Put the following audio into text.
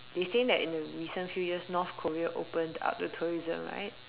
they're saying that in the recent few years North Korea opened up the tourism right